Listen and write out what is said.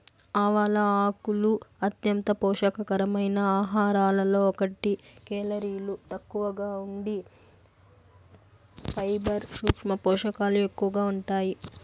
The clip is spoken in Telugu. ఆవాల ఆకులు అంత్యంత పోషక కరమైన ఆహారాలలో ఒకటి, కేలరీలు తక్కువగా ఉండి ఫైబర్, సూక్ష్మ పోషకాలు ఎక్కువగా ఉంటాయి